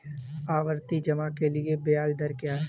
आवर्ती जमा के लिए ब्याज दर क्या है?